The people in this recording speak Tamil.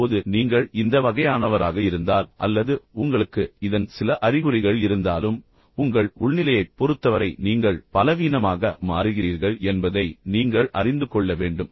இப்போது நீங்கள் இந்த வகையானவராக இருந்தால் அல்லது உங்களுக்கு இதன் சில அறிகுறிகள் இருந்தாலும் உங்கள் உள்நிலையைப் பொறுத்தவரை நீங்கள் பலவீனமாகவும் பலவீனமாகவும் மட்டுமே மாறுகிறீர்கள் என்பதை நீங்கள் அறிந்து கொள்ள வேண்டும்